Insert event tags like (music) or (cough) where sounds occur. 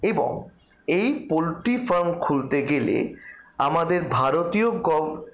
এবং এই poultry farm খুলতে গেলে আমাদের ভারতীয় (unintelligible)